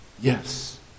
yes